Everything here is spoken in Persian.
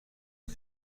دهم